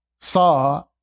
saw